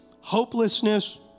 Hopelessness